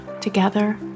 together